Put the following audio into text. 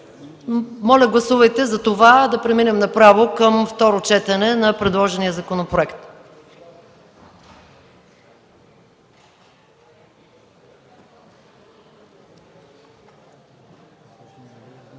Моля, гласувайте за това да преминем към второ четене на предложения законопроект.